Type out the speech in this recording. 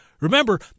remember